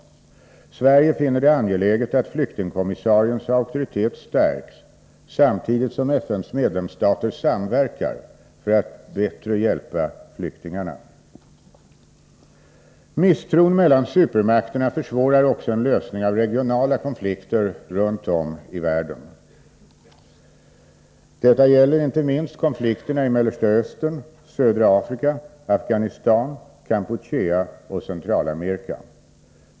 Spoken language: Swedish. Sverige finner det angeläget att flyktingkommissariens auktoritet stärks, samtidigt som FN:s medlemsstater samverkar bättre för att hjälpa flyktingarna. Misstron mellan supermakterna försvårar också en lösning av regionala konflikter runt om i världen. Detta gäller inte minst konflikterna i Mellersta Östern, södra Afrika, Afghanistan, Kampuchea och Centralamerika.